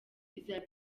izaba